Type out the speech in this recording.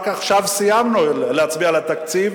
רק עכשיו סיימנו להצביע על התקציב,